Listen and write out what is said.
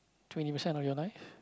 twenty percent of your life